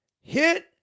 hit